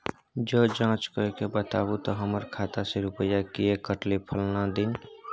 ज जॉंच कअ के बताबू त हमर खाता से रुपिया किये कटले फलना दिन?